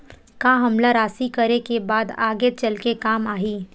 का हमला राशि करे के बाद आगे चल के काम आही?